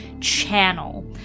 channel